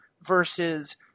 versus